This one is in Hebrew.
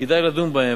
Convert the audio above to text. שכדאי לדון בהן,